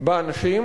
באנשים.